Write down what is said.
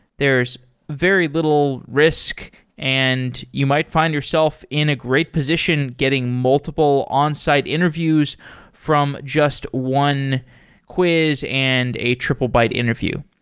there's very little risk and you might find yourself in a great position getting multiple onsite interviews from just one quiz and a triplebyte interview.